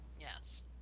yes